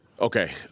Okay